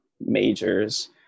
majors